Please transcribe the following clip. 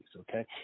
okay